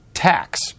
tax